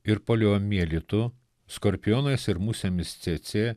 ir poliomielitu skorpionais ir musėmis cėcė